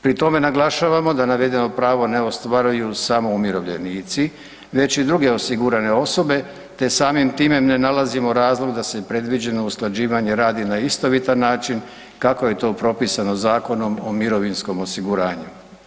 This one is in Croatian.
Pri tome naglašavamo da navedeno pravo ne ostvaruju samo umirovljenici, već i druge osigurane osobe, te samim time na nalazimo razlog da se predviđeno usklađivanje radi na istovjetan način kako je to propisano Zakonom o mirovinskom osiguranju.